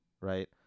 right